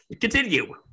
continue